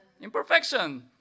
Imperfection